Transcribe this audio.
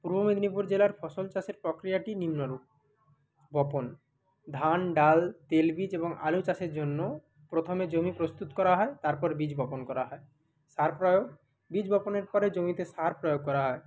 পূর্ব মেদিনীপুর জেলার ফসল চাষের পক্রিয়াটি নিম্নরূপ বপন ধান ডাল তেলবীজ এবং আলু চাষের জন্য প্রথমে জমি প্রস্তুত করা হয় তারপর বীজ বপন করা হয় সার প্রয়োগ বীজ বপনের পরে জমিতে সার প্রয়োগ করা হয়